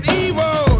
evil